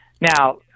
now